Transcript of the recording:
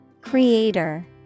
Creator